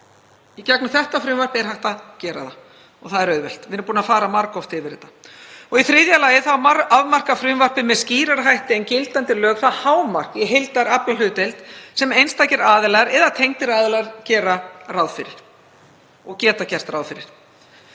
Með þessu frumvarpi er hægt að gera það og það er auðvelt. Við erum búin að fara margoft yfir þetta. Í þriðja lagi afmarkar frumvarpið með skýrari hætti en gildandi lög það hámark í heildaraflahlutdeild sem einstakir aðilar eða tengdir aðilar geta gert ráð fyrir.